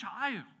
child